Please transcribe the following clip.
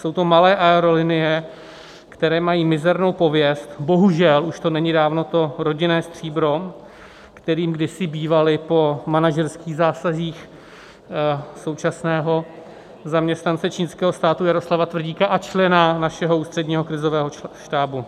Jsou to malé aerolinie, které mají mizernou pověst, bohužel už to není dávno to rodinné stříbro, kterým kdysi bývaly, po manažerských zásazích současného zaměstnance čínského státu Jaroslava Tvrdíka a člena našeho Ústředního krizového štábu.